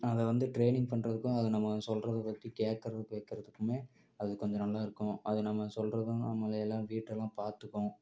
அதை வந்து ட்ரைனிங் பண்ணுறதுக்கும் அதை நம்ம சொல்றதை பற்றி கேட்கறத கேட்கறதுக்குமே அது கொஞ்சம் நல்லாயிருக்கும் அதை நம்ம சொல்கிறதும் நம்மளை எல்லாம் வீட்டிலலாம் பார்த்துக்கும்